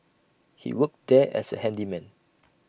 he worked there as A handyman